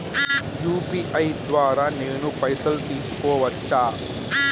UPI ద్వారా నేను పైసలు తీసుకోవచ్చా?